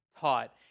taught